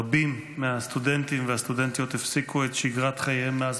רבים מהסטודנטים והסטודנטיות הפסיקו את שגרת חייהם מאז